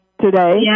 today